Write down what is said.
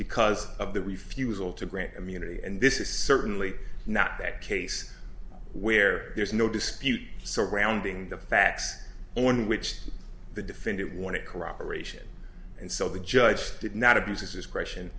because of the refusal to grant immunity and this is certainly not that case where there's no dispute surrounding the facts on which the defendant wanted corroboration and so the judge did not abuse